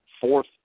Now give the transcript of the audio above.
fourth